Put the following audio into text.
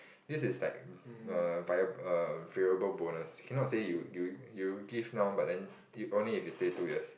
this is like err viable err variable bonus it cannot say you you you give now but then only if you stay two years